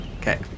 Okay